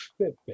fitbit